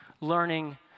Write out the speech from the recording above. learning